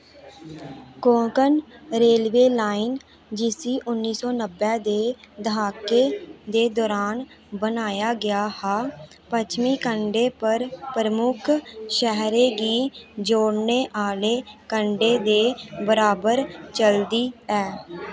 Konkan railway line जिसी उन्नी सौ नब्बै दे द्हाके दे दुरान बनाया गेआ हा पच्छमी कंढे पर प्रमुख शैह्रें गी जोड़ने आह्ले कंढे दे बराबर चलदी ऐ